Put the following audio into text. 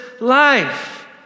life